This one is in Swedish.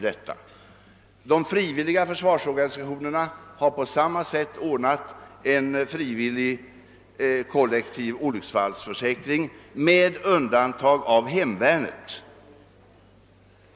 De frivilliga försvarsorganisationerna har på samma sätt ordnat en frivillig kollektiv <olycksfallsförsäkring med undantag för hemvärnet.